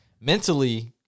mentally